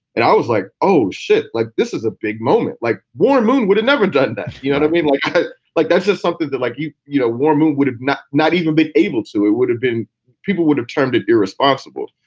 and i was like, oh, shit. like, this is a big moment. like war moon would have never done that. you know, i don't mean like. that's just something that, like you, you know, warming would have not not even be able to it would have been people would have termed it irresponsible.